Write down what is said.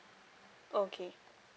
okay